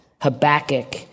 Habakkuk